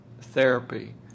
therapy